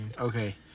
Okay